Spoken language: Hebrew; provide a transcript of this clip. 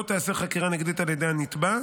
לא תיאסר חקירה נגדית על ידי הנתבע.